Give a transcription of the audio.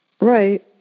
Right